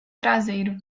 traseiro